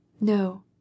No